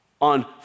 on